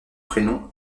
prénom